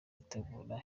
gutegura